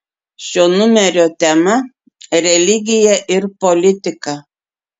šio numerio tema religija ir politika